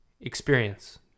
experience